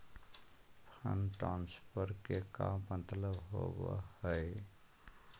Fund transfer के का मतलब होव हई?